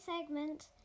segment